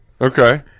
Okay